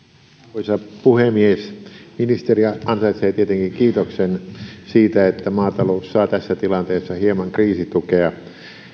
arvoisa puhemies ministeri ansaitsee tietenkin kiitoksen siitä että maatalous saa tässä tilanteessa hieman kriisitukea